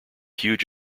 huge